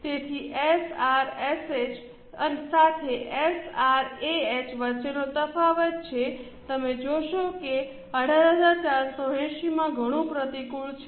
તેથી તે એસઆરએસએચ સાથે એસઆરએએચ વચ્ચેનો તફાવત છે તમે જોશો કે 18480 માં ઘણું પ્રતિકૂળ છે